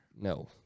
No